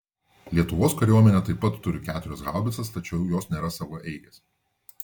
lietuvos kariuomenė taip pat turi keturias haubicas tačiau jos nėra savaeigės